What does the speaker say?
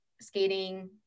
skating